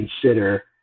consider